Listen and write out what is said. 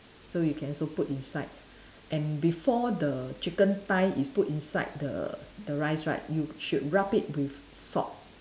so you can also put inside and before the chicken thigh is put inside the the rice right you should wrap it with salt